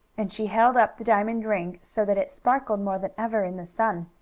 and she held up the diamond ring, so that it sparkled more than ever in the sun.